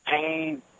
pain